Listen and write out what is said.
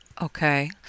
Okay